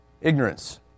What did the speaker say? Ignorance